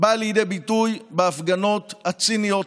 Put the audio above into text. באה לידי ביטוי בהפגנות הציניות,